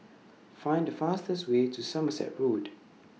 Find The fastest Way to Somerset Road